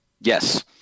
Yes